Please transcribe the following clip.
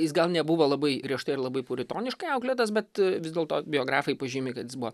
jis gal nebuvo labai griežtai ir labai puritoniškai auklėtas bet vis dėlto biografai pažymi kad jis buvo